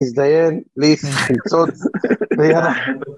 מזדיין, פליס, מצוץ, ביי יאללה